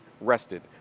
rested